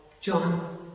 John